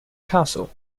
castle